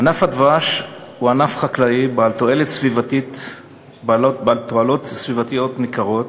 ענף הדבש הוא ענף חקלאי בעל תועלות סביבתיות ניכרות,